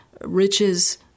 riches